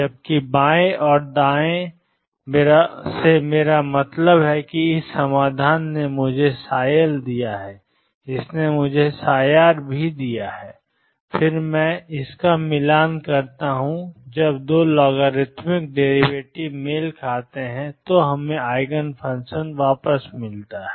जबकि बाएं या दाएं मेरा मतलब है कि इस समाधान ने मुझे L दिया इसने मुझे R दिया और फिर मैं इसका मिलान करता हूं जब दो लॉगरिदमिक डेरिवेटिव मेल खाते हैं तो हमें ईजेनफंक्शन मिल गया है